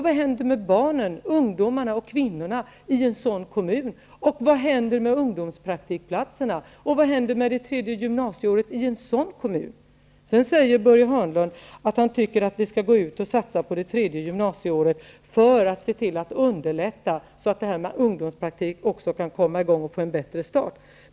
Vad händer med barnen, ungdomarna och kvinnorna i en sådan kommun? Vad händer med ungdomspraktikplatserna, och vad händer med det tredje gymnasieåret i en sådan kommun? Sedan säger Börje Hörnlund att han tycker att vi skall satsa på det tredje gymnasieåret för att underlätta så att ungdomspraktiken också kan komma i gång och få en bättre start.